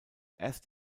erst